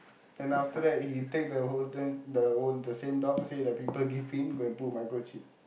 then after he take the whole then the whole the same dog say that people give him then go and put microchip